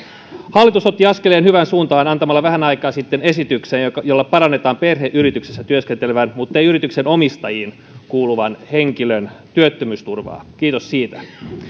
hallitus otti askeleen hyvään suuntaan antamalla vähän aikaa sitten esityksen jolla parannetaan perheyrityksessä työskentelevän mutta ei yrityksen omistajiin kuuluvan henkilön työttömyysturvaa kiitos siitä